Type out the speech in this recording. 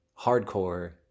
hardcore